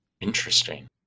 Interesting